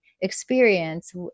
experience